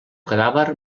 cadàver